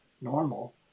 normal